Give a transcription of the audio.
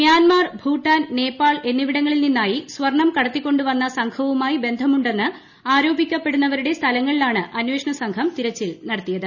Myanmar Bhutan Nepal എന്നിവിടങ്ങളിൽ നിന്നായി സ്വർണ്ണം കടത്തിക്കൊണ്ട് വന്ന സംഘവുമായി ബന്ധമുണ്ടെന്ന് ആരോപണമുള്ളവരുടെ സ്ഥലങ്ങളിലാണ് അന്വേഷണ സംഘം തിരച്ചിൽ നടത്തിയത്